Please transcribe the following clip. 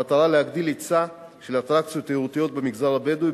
המטרה היא להגדיל היצע של אטרקציות תיירותיות במגזר הבדואי,